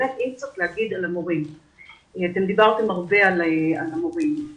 דיברתם הרבה על המורים.